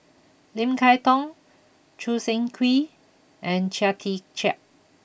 Lim Kay Tong Choo Seng Quee and Chia Tee Chiak